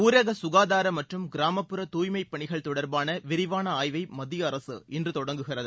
ஊரக சுகாதாரம் மற்றும் கிராமப்புறத் தூய்மைப் பணிகள் தொடர்பான விரிவான ஆய்வைமத்திய அரசு இன்று தொடங்குகிறது